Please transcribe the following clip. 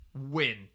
win